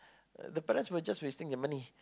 the fellas were just wasting their money